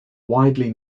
widely